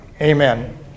amen